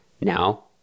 Now